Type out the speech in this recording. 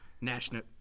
National